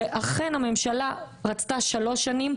שאכן הממשלה רצתה שלוש שנים,